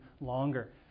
longer